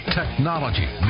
technology